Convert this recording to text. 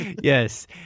Yes